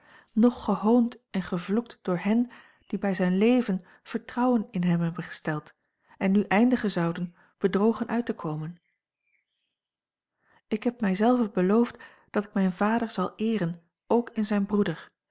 noch gehoond en gevloekt door hen die bij zijn leven vertrouwen in hem hebben gesteld en nu eindigen zouden bedrogen uit te komen ik heb mij zelve beloofd dat ik mijn vader zal eeren ook in zijn broeder